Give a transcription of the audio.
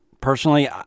Personally